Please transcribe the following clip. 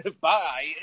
Bye